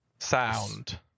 Sound